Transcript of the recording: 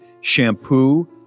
shampoo